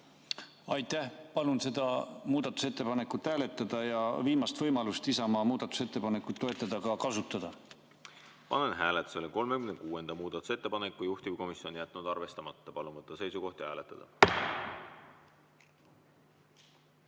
Aitäh! Palun seda muudatusettepanekut hääletada ja viimast võimalust Isamaa muudatusettepanekut toetada ka kasutada. Panen hääletusele 36. muudatusettepaneku. Juhtivkomisjon on jätnud arvestamata. Palun võtta seisukoht ja hääletada!